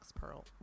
pearl